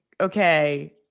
okay